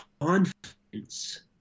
confidence